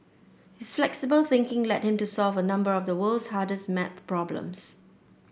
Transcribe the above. his flexible thinking led him to solve a number of the world's hardest maths problems